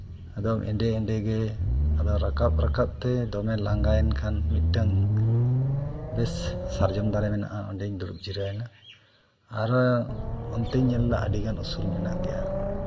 ᱟᱫᱚᱢ ᱮᱸᱰᱮ ᱮᱸᱰᱮᱜᱮ ᱟᱵᱟᱨ ᱨᱟᱠᱟᱵ ᱨᱟᱠᱟᱵ ᱛᱮ ᱫᱚᱢᱮ ᱞᱟᱸᱜᱟᱭᱮᱱ ᱠᱷᱟᱱ ᱢᱤᱫᱴᱟᱱ ᱵᱮᱥ ᱥᱟᱨᱡᱚᱢ ᱫᱟᱨᱮ ᱢᱮᱱᱟᱜᱼᱟ ᱚᱸᱰᱮᱧ ᱫᱩᱲᱩᱵ ᱡᱤᱨᱟᱹᱣ ᱮᱱᱟ ᱟᱨ ᱚᱱᱛᱮᱧ ᱧᱮᱞᱫᱟ ᱟᱹᱰᱤᱜᱟᱱ ᱩᱥᱩᱞ ᱢᱮᱱᱟᱜ ᱜᱮᱭᱟ